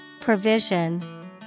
Provision